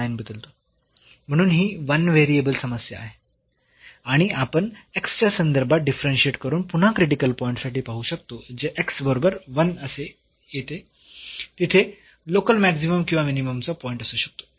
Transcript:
म्हणून ही 1 व्हेरिएबल समस्या आहे आणि आपण च्या संदर्भात डिफरन्शियेट करून पुन्हा क्रिटिकल पॉईंट साठी पाहू शकतो जे बरोबर 1 असे येते तिथे लोकल मॅक्सिमम किंवा मिनिममचा पॉईंट असू शकतो